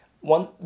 One